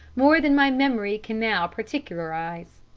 more than my memory can now particularize.